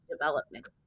development